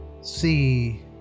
see